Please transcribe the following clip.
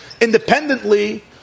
Independently